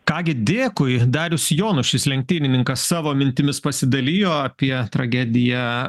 ką gi dėkui darius jonušis lenktynininkas savo mintimis pasidalijo apie tragedija